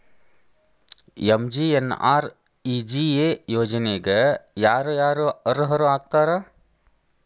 MGNREGA ಯೋಜನೆಗೆ ಯಾರ ಯಾರು ಅರ್ಹರು ಆಗ್ತಾರ?